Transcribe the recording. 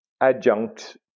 adjunct